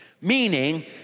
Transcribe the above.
Meaning